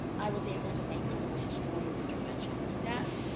i was able to make kind of a historian's intervention with that.